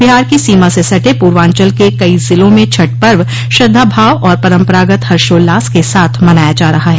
बिहार की सीमा से सटे पूर्वांचल के कई जिलों में छठ पर्व श्रद्धा भाव और परम्परागत हर्षोल्लास के साथ मनाया जा रहा है